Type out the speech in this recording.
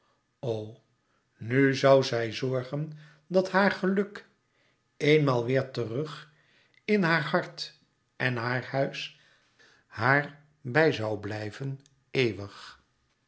o nù zoû zij zorgen dat haar geluk eén maal weêr terug in haar hart en haar huis haar bij zoû blijven eeuwig